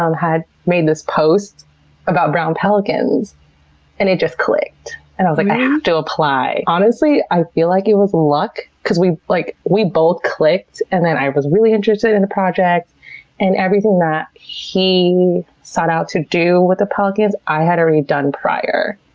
um had made this post about brown pelicans and it just clicked. and i was like, i have to apply. honestly, i feel like it was luck because we, like, we both clicked, and then i was really interested in the project and everything that he sought out to do with the pelicans, i had already done prior.